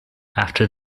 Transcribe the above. after